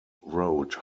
wrote